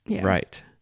Right